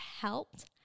helped